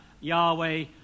Yahweh